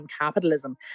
capitalism